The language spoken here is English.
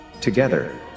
Together